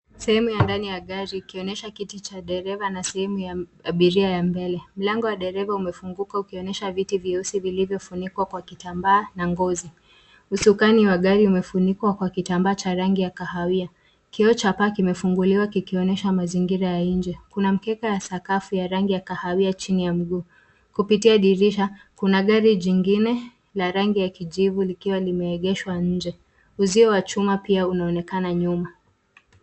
Sehemu ya ndani ya gari ikionyesha kiti cha dereva na sehemu ya abiria ya mbele. Mlango wa dereva umefunguka ukionyesha viti vieusi vilivyofungwa kwa kitamba na ngozi. Usukani wa gari umefunikwa kwa kitambaa cha rangi ya kahawia. Kioo cha paa kimefunguliwa kikionyesha mazingira ya nje. Kuna mkeka ya sakafu ya rangi ya kahawia chini ya mguu. Kupitia dirisha kuna gari jingine la rangi ya kijivu likiwa limeegeshwa nje. Uzio wa chuma pia unaonekana nyuma.